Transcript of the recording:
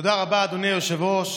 תודה רבה, אדוני היושב-ראש.